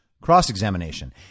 cross-examination